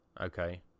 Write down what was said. Okay